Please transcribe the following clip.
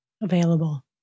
available